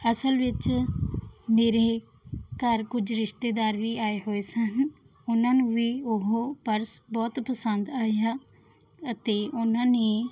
ਅਸਲ ਵਿੱਚ ਮੇਰੇ ਘਰ ਕੁਝ ਰਿਸ਼ਤੇਦਾਰ ਵੀ ਆਏ ਹੋਏ ਸਨ ਉਹਨਾਂ ਨੂੰ ਵੀ ਉਹ ਪਰਸ ਬਹੁਤ ਪਸੰਦ ਆਇਆ ਅਤੇ ਉਹਨਾਂ ਨੇ